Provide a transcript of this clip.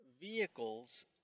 vehicles